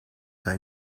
hij